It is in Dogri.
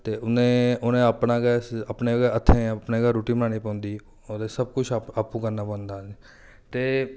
ते उन्ने उनें अपना गै अपने गै हत्थें अपनी गै रुट्टी बनानी पौंदी ऐ ओह् सबकिश आ आपूं करना पौंदा ते